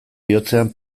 bihotzean